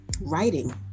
writing